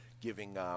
giving –